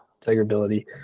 Integrability